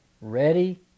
ready